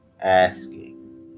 asking